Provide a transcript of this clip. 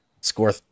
score